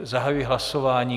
Zahajuji hlasování.